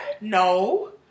No